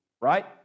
right